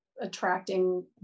attracting